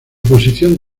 posición